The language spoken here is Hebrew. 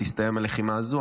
תסתיים הלחימה הזו,